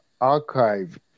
archive